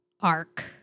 arc